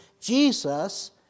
Jesus